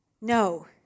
No